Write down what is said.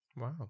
Wow